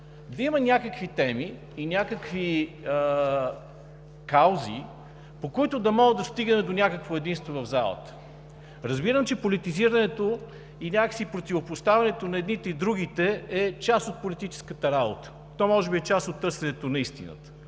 да има някакви теми и каузи, по които да можем да достигаме до единство в залата. Разбирам, че политизирането и някак си противопоставянето на едните и другите е част от политическата работа – то може би е част от търсенето на истината.